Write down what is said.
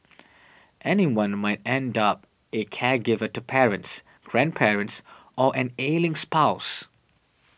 anyone might end up a caregiver to parents grandparents or an ailing spouse